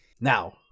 Now